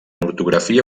ortografia